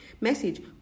message